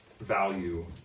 value